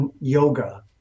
yoga